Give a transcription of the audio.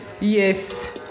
Yes